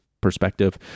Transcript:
perspective